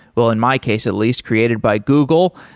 well in my case at least created by google,